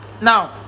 Now